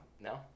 No